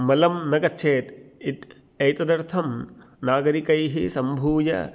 मलं न गच्छेद् इत् एतदर्थं नागरिकैः सम्भूय